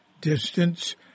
distance